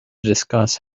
discuss